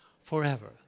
Forever